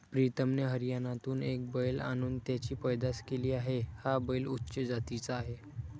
प्रीतमने हरियाणातून एक बैल आणून त्याची पैदास केली आहे, हा बैल उच्च जातीचा आहे